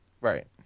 right